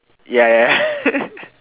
ya ya ya